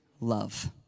love